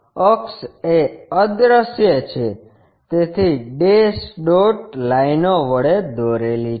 અક્ષ એ અદૃશ્ય છે તેથી ડેશ ડોટ લાઇનો વડે દોરેલી છે